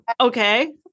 okay